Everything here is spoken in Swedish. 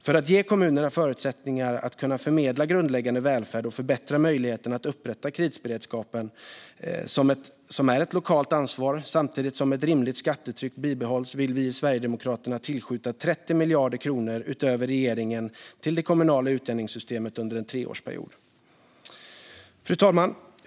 För att ge kommunerna förutsättningar att kunna förmedla grundläggande välfärd och förbättra möjligheterna att upprätta krisberedskapen, som är ett lokalt ansvar, samtidigt som ett rimligt skattetryck bibehålls vill vi i Sverigedemokraterna tillskjuta 30 miljarder kronor, utöver regeringens förslag, till det kommunala utjämningssystemet under en treårsperiod. Fru talman!